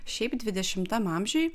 šiaip dvidešimtam amžiuj